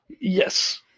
Yes